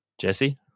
Jesse